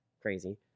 Crazy